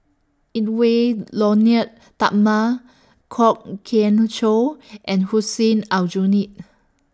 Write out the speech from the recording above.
Edwy Lyonet Talma Kwok Kian Chow and Hussein Aljunied